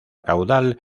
caudal